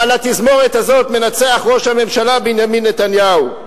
ועל התזמורת הזאת מנצח ראש הממשלה בנימין נתניהו.